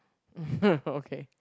okay